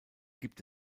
gibt